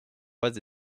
pas